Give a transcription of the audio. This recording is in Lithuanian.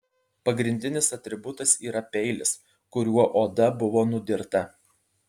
pagrindinis atributas yra peilis kuriuo oda buvo nudirta